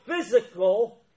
physical